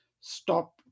stop